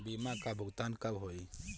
बीमा का भुगतान कब होइ?